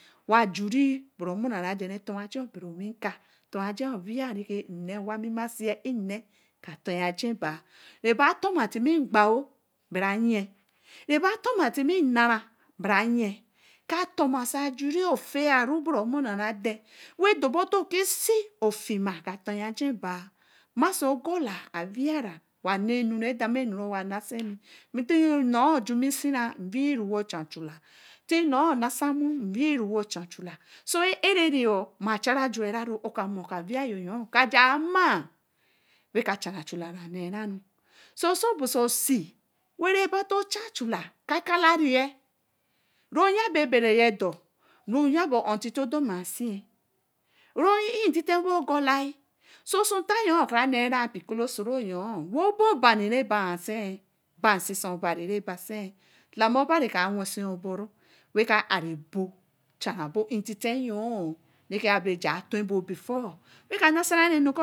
Wa juri bara omuna readen ɛtor aji obire owi-nka tor-ue aji awee re na wah nmima sie nne bre torūe aji-baa reba tuma tel ngba-oo bra nyie reba ka dorma so ajuri bara ufeeyii bara omuna aden we dobu tetekesi ofima ka toba aji-ba nmasi ogola awie owa nnenu redema re-ma nasimi till nor jumisima wii we ocha chula till nor nasamuru wii wo acha chula so eeri nma jara jura-oh woka mo-kɔ̄ awii, o-ḡa maah we ka cha chula so si busa si we baba to cha chula ka kolari me re onya be eberi-dor re-nya be on teto-ye domasi re inn ntete we ogolaa so oso ntoyu kora nee wa ba obane rebasi ba nsisibari kana obari kɔ̄ awesi-oobori we ka ɛlbo cha bebointete-oh.